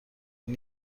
این